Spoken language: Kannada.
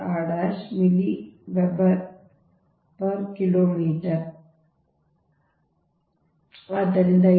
ಆದ್ದರಿಂದ ಇದು ಸಮೀಕರಣ 59